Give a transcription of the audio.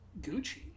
gucci